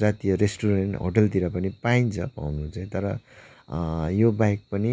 जातीय रेस्टुरेन्ट होटेलतिर पनि पाइन्छ पाउनु चाहिँ तर यो बाहेक पनि